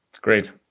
Great